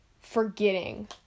forgetting